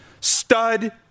stud